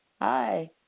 Hi